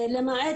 למעט,